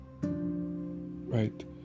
right